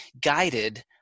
guided